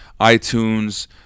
iTunes